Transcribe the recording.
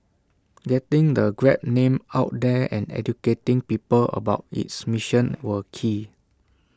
getting the grab name out there and educating people about its mission were key